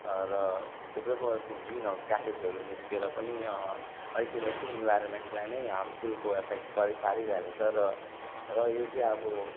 र थुप्रै प्रकारको ग्रिन हाउस ग्यासेसहरू निस्केर पनि अल्टिमेट्ली इन्भाइरोमेन्टलाई नै हार्मफुल को एफेक्ट पारी पारिरहेको छ र र यो चाहिँ अब